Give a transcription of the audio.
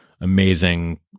amazing